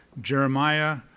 Jeremiah